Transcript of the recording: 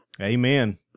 Amen